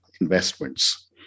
investments